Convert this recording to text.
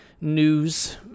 news